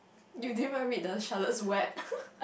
you didn't even read the Charlotte's-Web